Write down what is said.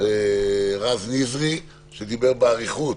רז נזרי, שדיבר באריכות